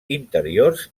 interiors